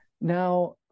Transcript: Now